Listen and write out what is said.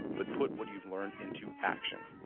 but put what you've learned into action